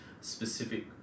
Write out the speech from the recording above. specific